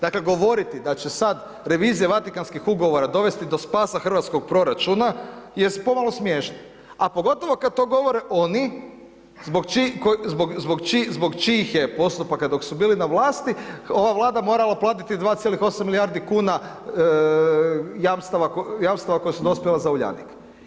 Dakle, govoriti da će sad revizija Vatikanskih ugovora dovesti spasa hrvatskog proračuna jest pomalo smiješno, a pogotovo kad to govore oni zbog čijih je postupaka dok su bili na vlasti ova Vlada morala platiti 2,8 milijardi kuna jamstava, jamstava koja su dospjela za Uljanik.